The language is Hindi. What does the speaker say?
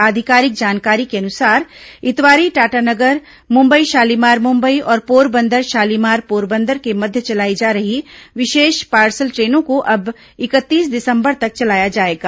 आधिकारिक जानकारी के अनुसार इतवारी टाटानगर मुंबई शालीमार मुंबई और पोरबंदर शालीमार पोरबंदर के मध्य चलाई जा रही विशेष पार्सल ट्रेनो को अब इकतीस दिसंबर तक चलाया जाएगा